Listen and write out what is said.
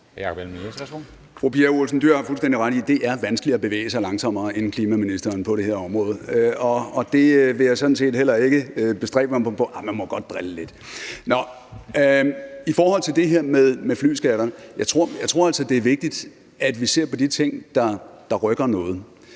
Fru Pia Olsen Dyhr har fuldstændig ret i, at det er vanskeligere at bevæge sig langsommere end klimaministeren på det her område, og det vil jeg heller ikke bestræbe mig på. Arh, man må godt drille lidt. Nå, i forhold til det her med flyskatter vil jeg sige, at jeg altså tror, det er vigtigt, at vi ser på de ting, der rykker noget,